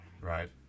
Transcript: Right